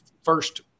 First